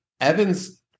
Evans